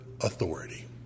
authority